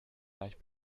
leicht